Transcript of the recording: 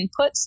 inputs